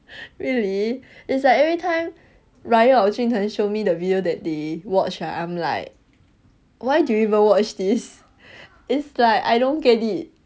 really it's like every time ryan or jun tng show me the video that they watch right I'm like why do you even watch this it's like I don't get it